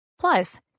Plus